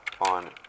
on